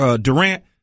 Durant